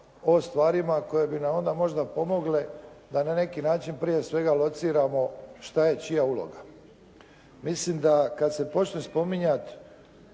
o stvarima koje bi nam onda možda pomogle da na neki način prije svega lociramo šta je čija uloga. Mislim da kada se počne spominjati